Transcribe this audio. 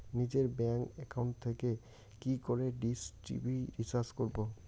নিজের bank account থেকে কি করে ডিশ টি.ভি রিচার্জ করবো?